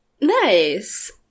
Nice